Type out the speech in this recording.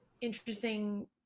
interesting